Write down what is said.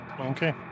Okay